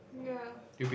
ya